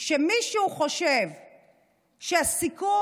שמישהו חושב שהסיכון